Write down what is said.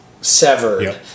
severed